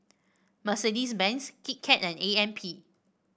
Mercedes Benz Kit Kat and A M P